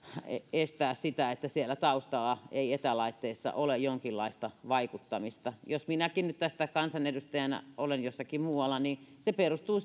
estää sitä etteikö siellä taustalla olisi etälaitteissa jonkinlaista vaikuttamista jos minäkin nyt kansanedustajana olen jossakin muualla niin se perustuu